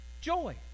Joy